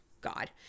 God